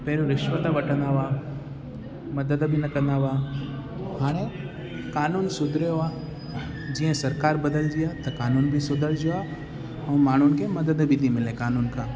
पहिरियों रिश्वत वठंदा हुआ मदद बि न कंदा हुआ हाणे क़ानून सुधरियो आहे जीअं सरकार बदिलिजी आहे त क़ानून बि सुधरिजो आहे ऐं माण्हुनि खे मदद बि थी मिले क़ानून खां